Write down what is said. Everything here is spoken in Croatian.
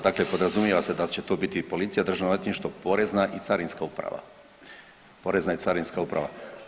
Dakle podrazumijeva se da će to biti policija, Državno odvjetništvo, Porezna i Carinska uprava, Porezna i Carinska uprava.